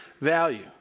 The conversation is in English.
value